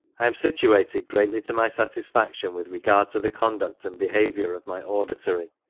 am situated greatly to my satisfaction with regard to the conduct and behaviour of my auditory,